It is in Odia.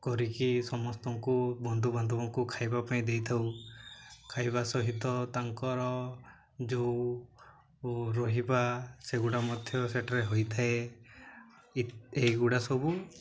କରିକି ସମସ୍ତଙ୍କୁ ବନ୍ଧୁବାନ୍ଧବଙ୍କୁ ଖାଇବା ପାଇଁ ଦେଇଥାଉ ଖାଇବା ସହିତ ତାଙ୍କର ଯେଉଁ ରହିବା ସେଗୁଡ଼ା ମଧ୍ୟ ସେଠାରେ ହୋଇଥାଏ ଏଇଗୁଡ଼ା ସବୁ